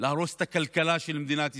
להרוס את הכלכלה של מדינת ישראל,